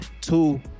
Two